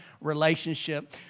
relationship